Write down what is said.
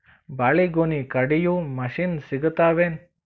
ಬಾಳಿಗೊನಿ ಕಡಿಯು ಮಷಿನ್ ಸಿಗತವೇನು?